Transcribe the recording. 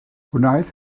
wnaeth